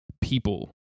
people